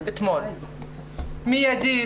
מיידית,